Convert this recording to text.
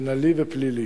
מינהלי ופלילי,